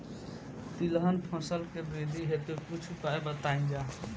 तिलहन फसल के वृद्धी हेतु कुछ उपाय बताई जाई?